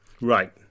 Right